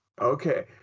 Okay